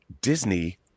Disney